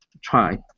try